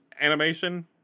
animation